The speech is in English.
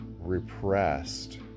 repressed